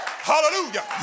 hallelujah